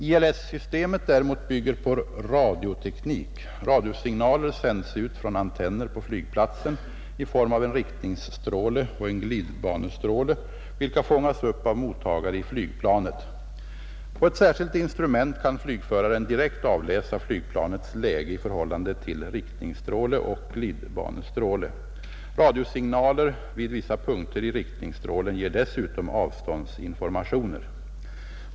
ILS-systemet däremot bygger på radioteknik. Radiosignaler sänds ut från antenner på flygplatsen i form av en riktningsstråle och en glidbanestråle, vilka fångas upp av mottagare i flygplanet. På ett särskilt instrument kan flygföraren direkt avläsa flygplanets läge i förhållande till riktningsstråle och glidbanestråle. Radiosignaler vid vissa punkter i riktningsstrålen ger dessutom avståndsinformationer.